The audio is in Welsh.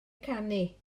canu